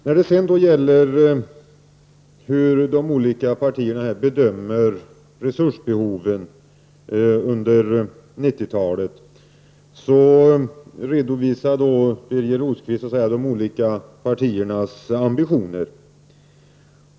När det sedan gäller hur de olika partierna har bedömt resursbehovet under 90-talet redovisade Birger Rosqvist de olika partiernas ambitioner.